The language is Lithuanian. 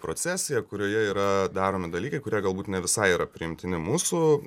procesija kurioje yra daromi dalykai kurie galbūt ne visai yra priimtini mūsų